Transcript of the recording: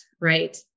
right